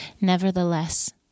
Nevertheless